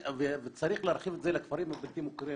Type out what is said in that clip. וצריך להרחיב את זה לכפרים הבלתי מוכרים,